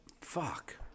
fuck